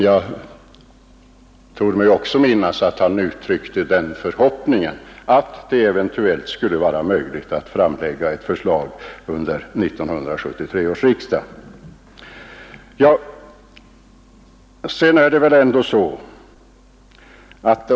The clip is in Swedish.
Jag tror mig också minnas att han uttryckte den förhoppningen att det eventuellt skulle vara möjligt att framlägga ett förslag till 1973 års riksdag.